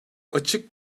açık